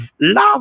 Love